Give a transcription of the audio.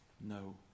No